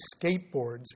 skateboards